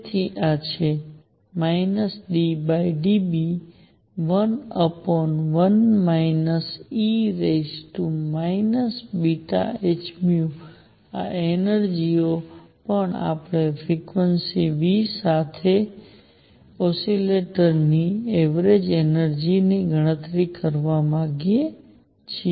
તેથી આ છે ddβ11 e βhν આ એનર્જિ ઓ પણ આપણે ફ્રિક્વન્સી v ની સાથે ઓસિલેટરની અવરેજ એનર્જિ ની ગણતરી કરવા માંગીએ છીએ